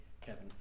Kevin